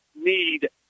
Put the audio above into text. need